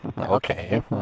Okay